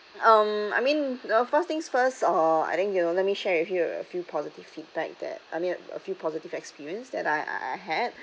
um I mean uh first thing first uh I think you will let me share with you a few positive feedback that I mean a few positive experience that I I had